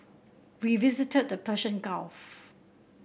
we visited the Persian Gulf